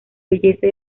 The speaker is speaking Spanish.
belleza